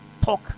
Talk